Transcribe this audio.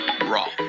Raw